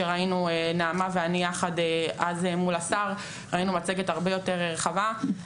כמו שראינו נעמה ואני יחד אז מול השר מצגת הרבה יותר רחבה.